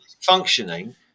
functioning